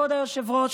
כבוד היושב-ראש,